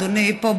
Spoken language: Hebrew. אדוני: פה,